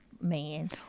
man